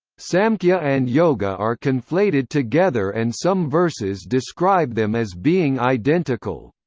samkhya and yoga are conflated together and some verses describe them as being identical.